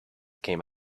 came